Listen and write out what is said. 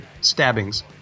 stabbings